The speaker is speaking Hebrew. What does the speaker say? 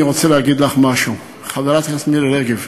אני רוצה להגיד לך משהו: חברת הכנסת מירי רגב,